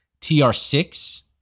TR6